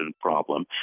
problem